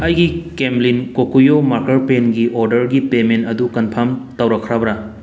ꯑꯩꯒꯤ Camlin Kokuyo marker ꯄꯦꯟꯒꯤ ꯑꯣꯗꯔꯒꯤ ꯄꯦꯃꯦꯟ ꯑꯗꯨ ꯀꯟꯐꯥꯔꯝ ꯇꯧꯔꯛꯈ꯭ꯔꯕ꯭ꯔꯥ